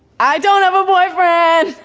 i don't have a boyfriend,